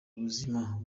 ubuzima